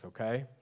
okay